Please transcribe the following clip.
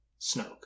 Snoke